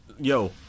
yo